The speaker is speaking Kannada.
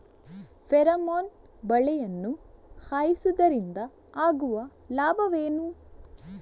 ಫೆರಮೋನ್ ಬಲೆಯನ್ನು ಹಾಯಿಸುವುದರಿಂದ ಆಗುವ ಲಾಭವೇನು?